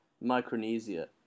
Micronesia